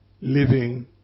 living